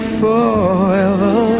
forever